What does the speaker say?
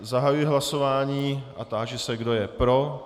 Zahajuji hlasování a táži se, kdo je pro.